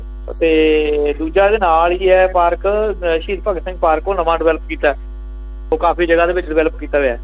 ਅਤੇ ਦੂਜਾ ਇਹਦੇ ਨਾਲ ਹੀ ਹੈ ਪਾਰਕ ਸ਼ਹੀਦ ਭਗਤ ਸਿੰਘ ਪਾਰਕ ਉਹ ਨਵਾਂ ਡਿਵੈਲਪ ਕੀਤਾ ਉਹ ਕਾਫੀ ਜਗ੍ਹਾ ਦੇ ਵਿੱਚ ਡਿਵੈਲਪ ਕੀਤਾ ਗਿਆ